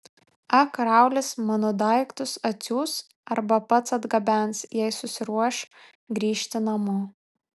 ak raulis mano daiktus atsiųs arba pats atgabens jei susiruoš grįžti namo